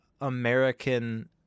american